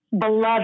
Beloved